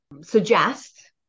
suggest